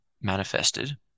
manifested